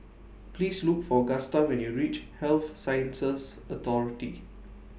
Please Look For Gusta when YOU REACH Health Sciences Authority